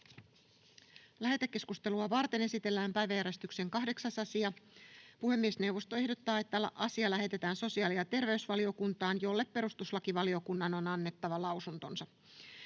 Lähetekeskustelua varten esitellään päiväjärjestyksen 3. asia. Puhemiesneuvosto ehdottaa, että asia lähetetään hallintovaliokuntaan, jolle perustuslakivaliokunnan ja sosiaali- ja